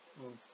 mm